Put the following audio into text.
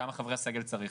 כמה חברי סגל צריך.